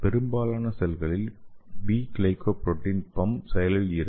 பெரும்பாலான செல்களில் P- glycoprotein pump செயலில் இருக்கும்